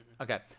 Okay